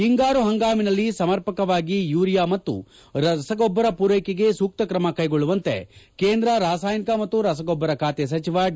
ಹಿಂಗಾರು ಹಂಗಾಮಿನಲ್ಲಿ ಸಮರ್ಪಕವಾಗಿ ಯೂರಿಯಾ ಮತ್ತು ರಸಗೊಬ್ಲರ ಪೂರೈಕೆಗೆ ಸೂಕ್ತ ಕ್ರಮ ಕೈಗೊಳ್ಳುವಂತೆ ಕೇಂದ್ರ ರಾಸಾಯನಿಕ ಮತ್ತು ರಸಗೊಬ್ಲರ ಖಾತೆ ಸಚಿವ ಡಿ